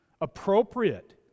appropriate